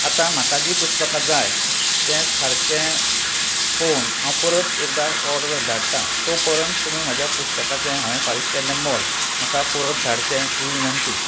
आतां म्हाका जी पुस्तकां जाय तें सारकें पळोवन हांव परत एकदा ऑर्डर धाडटां तो परंत तुमी म्हज्या पुस्तकाचें हांवें फारीक केल्लें मोल म्हाका परत धाडचें ही विनंती